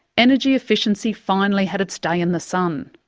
energy efficiency finally had its day in the sun.